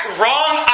wrong